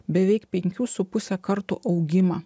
beveik penkių su puse karto augimą